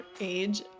age